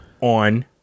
on